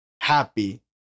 happy